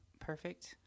perfect